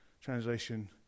translation